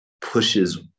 pushes